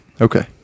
Okay